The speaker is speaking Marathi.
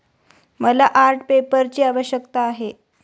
मला आर्ट पेपरची आवश्यकता आहे